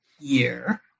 year